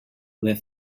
were